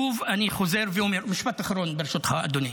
אני חוזר ואומר, משפט אחרון, ברשותך, אדוני.